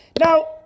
Now